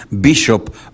bishop